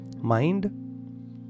mind